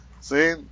See